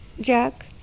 Jack